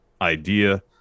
idea